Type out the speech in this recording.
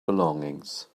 belongings